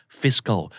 fiscal